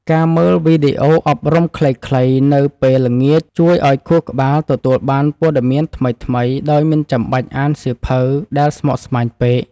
ការមើលវីដេអូអប់រំខ្លីៗនៅពេលល្ងាចជួយឱ្យខួរក្បាលទទួលបានព័ត៌មានថ្មីៗដោយមិនចាំបាច់អានសៀវភៅដែលស្មុគស្មាញពេក។